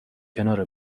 کنار